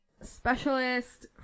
Specialist